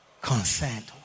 consent